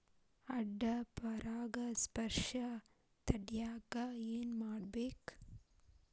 ಅಡ್ಡ ಪರಾಗಸ್ಪರ್ಶ ತಡ್ಯಾಕ ಏನ್ ಮಾಡ್ಬೇಕ್?